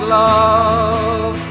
love